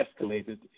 escalated